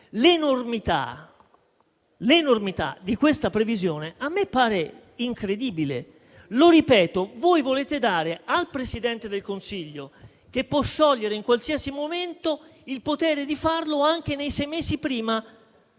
l'enormità di questa previsione a me pare incredibile. Ripeto che voi volete dare al Presidente del Consiglio, che può sciogliere il Parlamento in qualsiasi momento, il potere di farlo anche nei sei mesi prima